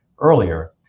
earlier